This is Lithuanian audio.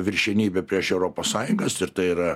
viršenybė prieš europos sąjungas ir tai yra